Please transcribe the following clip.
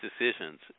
decisions